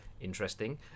Interesting